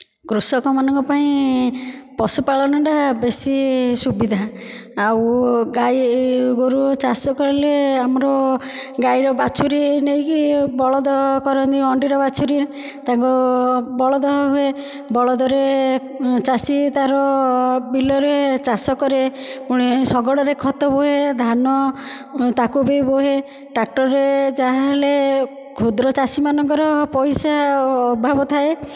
କୃଷକ ମାନଙ୍କ ପାଇଁ ପଶୁପାଳନଟା ବେଶି ସୁବିଧା ଆଉ ଗାଈ ଗୋରୁ ଚାଷ କରିଲେ ଆମର ଗାଈର ବାଛୁରୀ ନେଇକି ବଳଦ କରନ୍ତି ଅଣ୍ଡିରା ବାଛୁରୀ ତାଙ୍କ ବଳଦ ହୁଏ ବଳଦରେ ଚାଷୀ ତା'ର ବିଲରେ ଚାଷ କରେ ପୁଣି ଶଗଡ଼ରେ ଖତ ବୁହେ ଧାନ ତାକୁ ବି ବୁହେ ଟ୍ରାକ୍ଟରରେ ଯାହାଲେ କ୍ଷୁଦ୍ର ଚାଷୀମାନଙ୍କର ପଇସା ଅଭାବ ଥାଏ